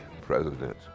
president